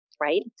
right